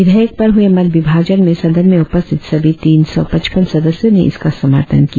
विधेयक पर हुए मत विभाजन में सदन में उपस्थित सभी तीन सौ पच्चपन सदस्यों ने इसका समर्थन किया